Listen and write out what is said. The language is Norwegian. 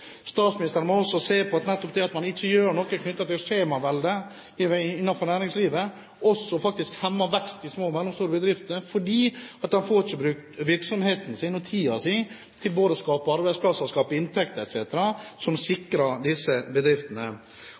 Statsministeren må også se at nettopp det at man ikke gjør noe med skjemaveldet innenfor næringslivet, også hemmer veksten i de små og mellomstore bedriftene, fordi de ikke får brukt virksomheten sin og tiden sin til både å skape arbeidsplasser og å skape inntekter etc. som sikrer disse bedriftene.